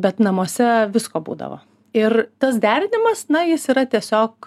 bet namuose visko būdavo ir tas derinimas na jis yra tiesiog